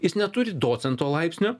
jis neturi docento laipsnio